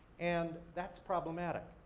and, that's problematic.